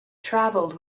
travelled